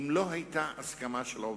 בלי הסכמה של העובדים,